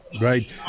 Right